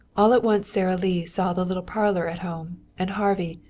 all at once sara lee saw the little parlor at home, and harvey,